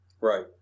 Right